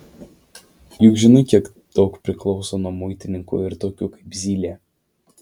juk žinai kiek daug priklauso nuo muitininkų ir tokių kaip zylė